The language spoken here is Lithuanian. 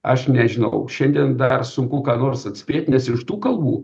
aš nežinau šiandien dar sunku ką nors atspėt nes iš tų kalbų